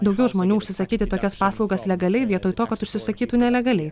daugiau žmonių užsisakyti tokias paslaugas legaliai vietoj to kad užsisakytų nelegaliai